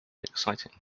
exciting